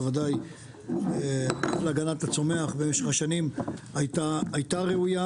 בוודאי המשרד ה --- להגנת הצומח במשך השנים הייתה ראויה.